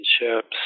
relationships